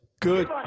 Good